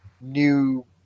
new